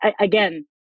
again